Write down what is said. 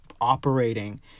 operating